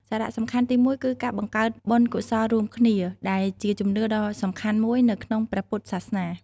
សារៈសំខាន់ទីមួយគឺការបង្កើតបុណ្យកុសលរួមគ្នា ដែលជាជំនឿដ៏សំខាន់មួយនៅក្នុងព្រះពុទ្ធសាសនា។